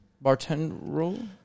Bartender